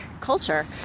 culture